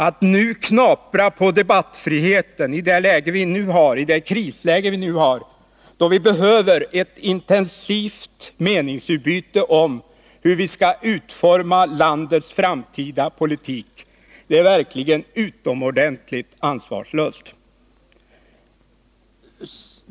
Att knapra på debattfriheten i det krisläge vi nu har, då vi behöver ett intensivt meningsutbyte om hur vi skall utforma landets framtida politik, är verkligen mycket ansvarslöst.